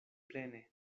plene